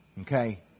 Okay